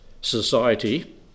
society